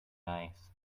ice